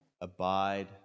Abide